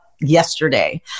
yesterday